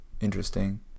interesting